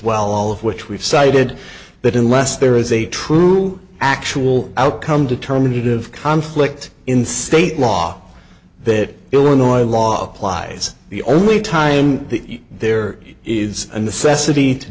well all of which we've cited that unless there is a true actual outcome determinative conflict in state law that illinois law applies the only time the there is a necessity to